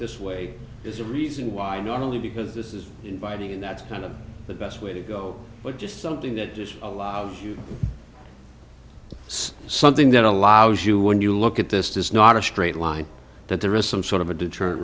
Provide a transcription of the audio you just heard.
this way is the reason why not only because this is inviting in that kind of the best way to go but just something that just allows you to see something that allows you when you look at this does not a straight line that there is some sort of a deterrent